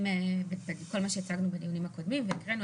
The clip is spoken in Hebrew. כל מה שהצגנו בדיונים הקודמים והקראנו.